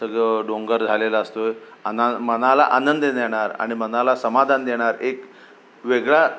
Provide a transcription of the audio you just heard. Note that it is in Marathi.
सगळं डोंगर झालेलं असतो आणि मनाला आनंद देणारं आणि मनाला समाधान देणारं एक वेगळा